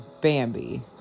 Bambi